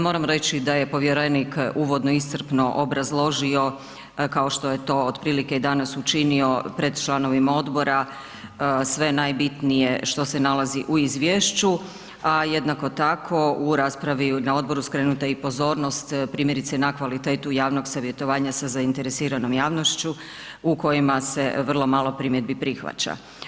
Moram reći da je povjerenik uvodno iscrpno obrazložio kao što je to otprilike i danas učinio pred članovima odbora sve najbitnije što se nalazi u izvješću, a jednako tako u raspravi na odboru skrenuta je i pozornost primjerice na kvalitetu javnog savjetovanja sa zainteresiranom javnošću u kojima se vrlo malo primjedbi prihvaća.